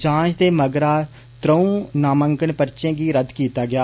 जांच दे मगरा त्रंऊ नामांकन पर्चें गी रद्द कीती गेआ